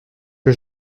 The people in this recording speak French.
que